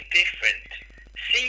different